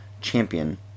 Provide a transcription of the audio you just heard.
champion